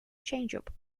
changeup